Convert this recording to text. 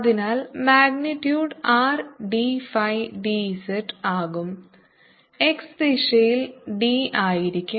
അതിനാൽ magnitude R d phi d z ആകും x ദിശയിൽ d ആയിരിക്കും